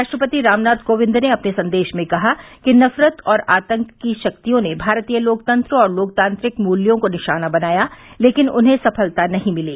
राष्ट्रपति रामनाथ कोविंद ने अपने संदेश में कहा कि नफरत और आतंक की शक्तियों ने भारतीय लोकतंत्र और लोकतांत्रिक मूल्यों को निशाना बनाया लेकिन उन्हें सफलता नहीं मिली